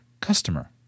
customer